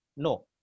No